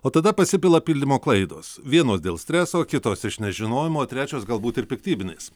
o tada pasipila pildymo klaidos vienos dėl streso kitos iš nežinojimo trečios galbūt ir piktybinis